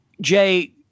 Jay